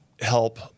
help